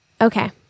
Okay